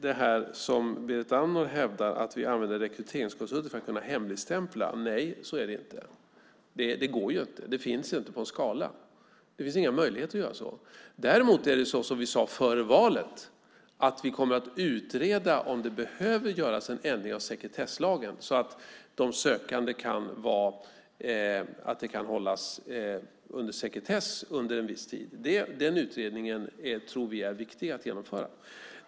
Berit Andnor säger att vi använder rekryteringskonsulter för att kunna hemligstämpla. Nej, så är det inte. Det går inte. Det finns inte på en skala. Det finns inga möjligheter att göra så. Däremot är det som vi sade före valet: Vi kommer att utreda om det behövs en ändring av sekretesslagen, så att de sökande kan hållas under sekretess en viss tid. Den utredningen tror vi är viktig att genomföra.